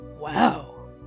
Wow